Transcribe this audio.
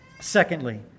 Secondly